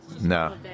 No